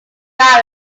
not